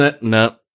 no